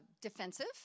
defensive